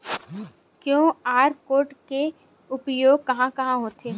QR code के उपयोग कहां कहां होथे?